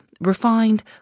refined